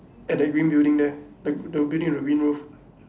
at the green building there the the building with a green roof